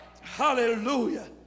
Hallelujah